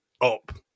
up